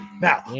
Now